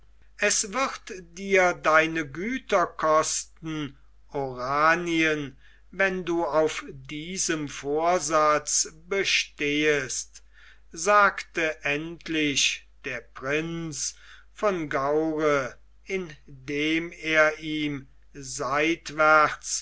es wird dir deine güter kosten oranien wenn du auf diesem vorsatze bestehst sagte endlich der prinz von gaure indem er ihm seitwärts